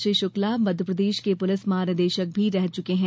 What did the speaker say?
श्री शुक्ला मध्यप्रदेश के पुलिस महानिदेशक भी रह चुके हैं